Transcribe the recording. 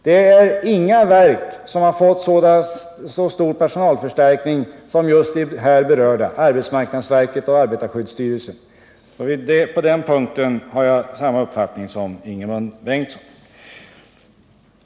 Det är inga verk som har fått så stor personalförstärkning som just de här berörda — arbetsmarknadsverket och arbetarskyddsstyrelsen. På den punkten har jag samma uppfattning som Ingemund Bengtsson.